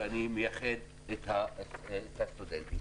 ואני מייחד את הסטודנטים.